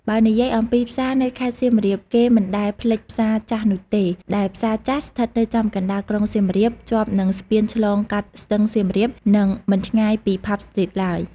បើនិយាយអំពីផ្សារនៅខេត្តសៀមរាបគេមិនដែលភ្លេចផ្សារចាស់នោះទេ ដែលផ្សារចាស់ស្ថិតនៅចំកណ្តាលក្រុងសៀមរាប ជាប់នឹងស្ពានឆ្លងកាត់ស្ទឹងសៀមរាប និងមិនឆ្ងាយពីផាប់ស្ទ្រីតឡើយ។